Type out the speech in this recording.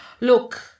Look